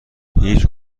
هیچ